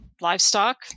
livestock